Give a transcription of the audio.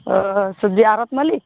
ᱚ ᱥᱚᱵᱡᱤ ᱟᱲᱚᱛ ᱢᱟᱹᱞᱤᱠ